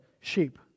sheep